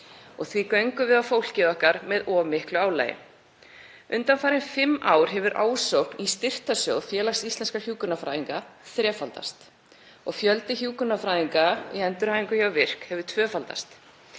og því göngum við á fólkið okkar með of miklu álagi. Undanfarin fimm ár hefur ásókn í styrktarsjóð Félags íslenskra hjúkrunarfræðinga þrefaldast og fjöldi hjúkrunarfræðinga í endurhæfingu hjá VIRK hefur tvöfaldast.